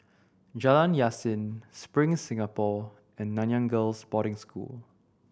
Jalan Yasin Spring Singapore and Nanyang Girls' Boarding School